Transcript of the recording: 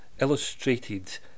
illustrated